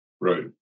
right